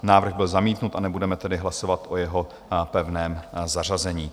Návrh byl zamítnut, a nebudeme tedy hlasovat o jeho pevném zařazení.